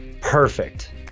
Perfect